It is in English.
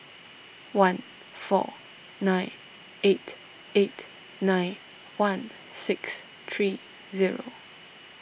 one four nine eight eight nine one six three zero